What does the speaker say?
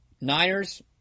Niners